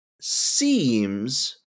seems